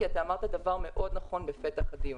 כי אתה אמרת דבר מאוד נכון בפתח הדיון.